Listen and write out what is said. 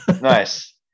Nice